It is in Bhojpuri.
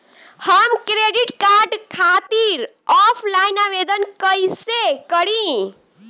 हम क्रेडिट कार्ड खातिर ऑफलाइन आवेदन कइसे करि?